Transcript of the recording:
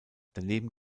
daneben